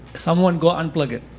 someone go unplug it.